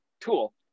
tool